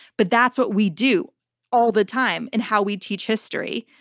but that's what we do all the time in how we teach history.